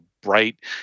bright